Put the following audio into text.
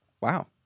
Wow